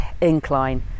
incline